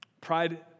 Pride